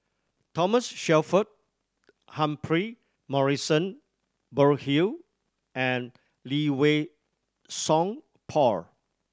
Thomas Shelford Humphrey Morrison Burkill and Lee Wei Song Paul